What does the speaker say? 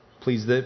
Please